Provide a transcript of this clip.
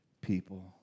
people